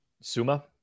suma